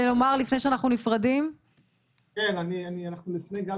אנחנו נמצאים לפני גל